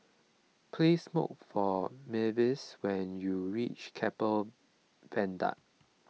please look for Myles when you reach Keppel Viaduct